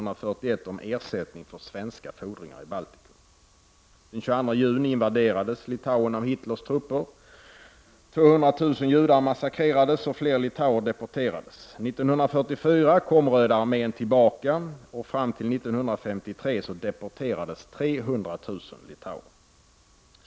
Den 22 juni invaderades Litauen av Hitlers trupper. 200 000 judar massakrerades, och fler litauer deporterades. 1944 kom röda armén tillbaka och fram till 1953 deporterades 300 000 litauer.